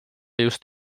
just